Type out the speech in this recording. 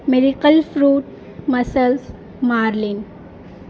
miracle fruit muscles merlin